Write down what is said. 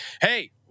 Hey